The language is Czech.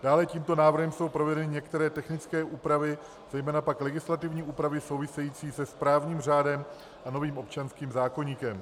Dále tímto návrhem jsou provedeny některé technické úpravy, zejména pak legislativní úpravy související se správním řádem a novým občanským zákoníkem.